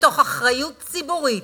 מתוך אחריות ציבורית,